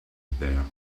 there